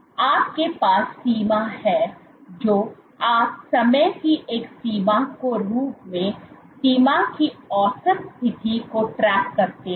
तो आपके पास सीमा है जो आप समय की एक सीमा के रूप में सीमा की औसत स्थिति को ट्रैक करते हैं